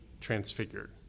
transfigured